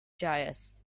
joyous